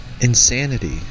insanity